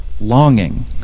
longing